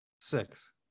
six